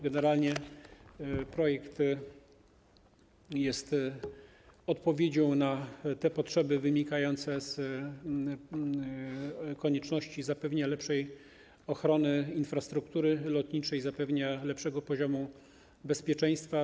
Generalnie projekt jest odpowiedzią na potrzeby wynikające z konieczności zapewnienia lepszej ochrony infrastruktury lotniczej, zapewnienia lepszego poziomu bezpieczeństwa.